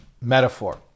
metaphor